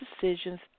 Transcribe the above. decisions